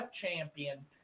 champion